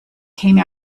came